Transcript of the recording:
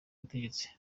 butegetsi